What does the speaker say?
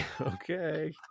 Okay